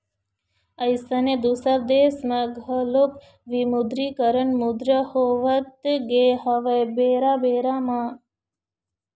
अइसने दुसर देश म घलोक विमुद्रीकरन मुद्रा होवत गे हवय बेरा बेरा म